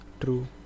True